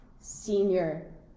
senior